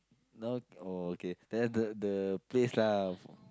now oh okay then the the place lah